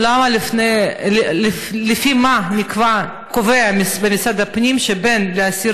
2. לפי מה קובע משרד הפנים שבן לאסיר